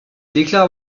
déclare